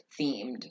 themed